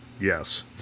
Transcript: Yes